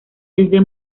desde